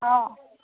অঁ